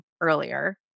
earlier